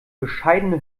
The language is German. bescheidene